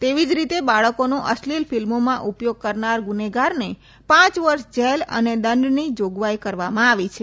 એવી જ રીતે બાળકોનો અશ્લિલ ફિલ્મોમાં ઉપયોગ કરનાર ગુનેગારને પાંચ વર્ષ જેલ અને દંડની જાગવાઈ કરવામાં આવી છે